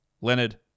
Leonard